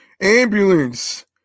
Ambulance